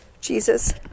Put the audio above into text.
Jesus